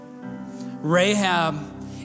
Rahab